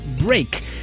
break